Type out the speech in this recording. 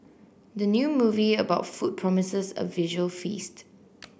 the new movie about food promises a visual feast